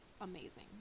amazing